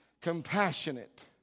compassionate